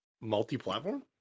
Multi-platform